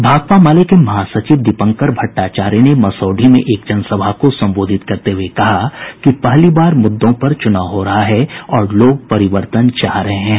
भाकपा माले के महासचिव दीपंकर भट्टाचार्य ने मसौढ़ी में एक जनसभा को संबोधित करते हुए कहा कि पहली बार मुद्दों पर चुनाव हो रहा है और लोग परिवर्तन चाह रहे हैं